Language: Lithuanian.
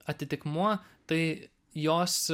atitikmuo tai jos